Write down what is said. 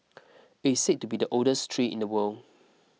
it is said to be the oldest tree in the world